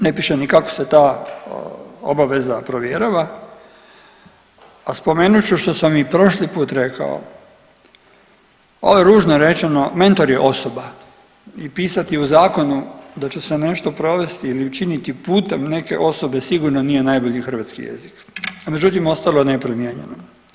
Ne piše niti kako se ta obaveza provjerava, a spomenut ću što sam i prošli put rekao ovo je ružno rečeno mentor je osoba i pisati u zakonu da će se nešto provesti ili učiniti putem neke osobe sigurno nije najbolji hrvatski jezik, međutim ostalo je nepromijenjeno.